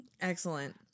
Excellent